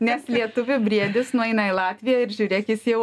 nes lietuvių briedis nueina į latviją ir žiūrėk jis jau